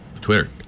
Twitter